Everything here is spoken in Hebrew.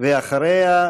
ואחריה,